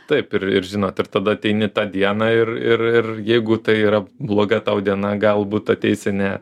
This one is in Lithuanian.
taip ir ir žinot ir tada ateini tą dieną ir ir ir jeigu tai yra bloga tau diena galbūt ateisi ne